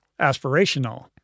aspirational